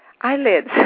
eyelids